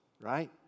right